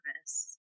service